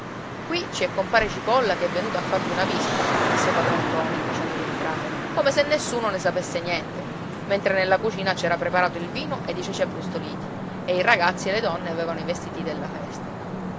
qui ci è compare cipolla che è venuto a farvi una visita disse padron ntoni facendoli entrare come se nessuno ne sapesse niente mentre nella cucina c'era preparato il vino ed i ceci abbrustoliti e i ragazzi e le donne avevano i vestiti della festa